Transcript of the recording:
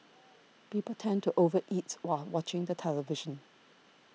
people tend to over eat while watching the television